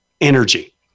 energy